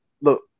look